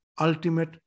ultimate